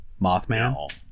Mothman